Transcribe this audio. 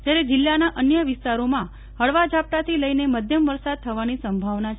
જયારે જીલ્લાના અન્ય વિસ્તારોમાં હળવા ઝાપટાથી લઇને મધ્યમ વરસાદ થવાની સંભાવના છે